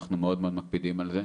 אנחנו מאוד מאוד מקפידים על זה,